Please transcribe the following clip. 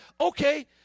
Okay